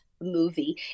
movie